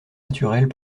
naturelles